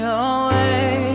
away